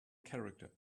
character